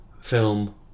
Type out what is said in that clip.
film